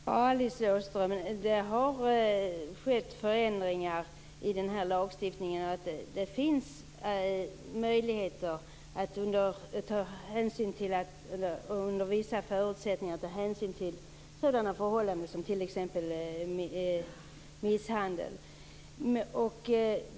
Herr talman! Alice Åström, det har skett förändringar i den här lagstiftningen. Det finns nu möjligheter att under vissa förutsättningar ta hänsyn till ett sådant förhållande som t.ex. misshandel.